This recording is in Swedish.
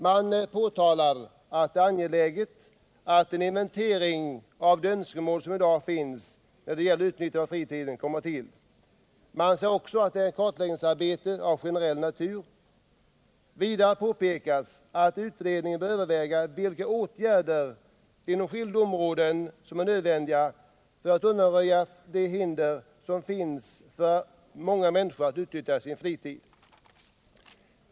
Man påtalar att det är angeläget att en inventering av de önskemål som i dag finns när det gäller utnyttjandet — Fritidspolitiken av fritiden kommer till. Man säger också att det är ett kartläggningsarbete av generell natur. Vidare påpekas att utredningen bör överväga vilka åtgärder inom skilda områden som är nödvändiga för att undanröja de hinder som finns för många människor att utnyttja sin fritid.